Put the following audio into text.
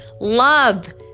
love